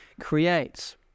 creates